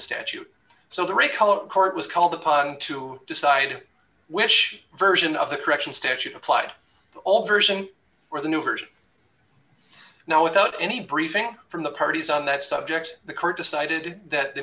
statute so the recall of court was called upon to decide which version of the correction statute applied the old version or the new version now without any briefing from the parties on that subject the court decided that the